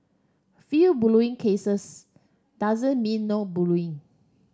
few bullying cases doesn't mean no bullying